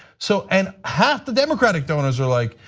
so and half the democratic donors are like,